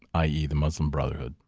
ah yeah the muslim brotherhood,